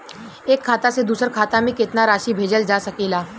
एक खाता से दूसर खाता में केतना राशि भेजल जा सके ला?